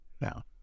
Now